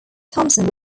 thomson